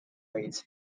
reads